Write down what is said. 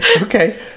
okay